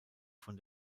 von